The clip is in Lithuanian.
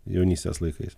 jaunystės laikais